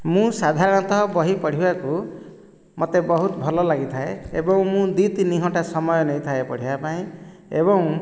ମୁଁ ସାଧାରଣତଃ ବହି ପଢ଼ିବାକୁ ମୋତେ ବହୁତ ଭଲ ଲାଗିଥାଏ ଏବଂ ମୁଁ ଦୁଇ ତିନିଘଣ୍ଟା ସମୟ ନେଇଥାଏ ପଢ଼ିବା ପାଇଁ ଏବଂ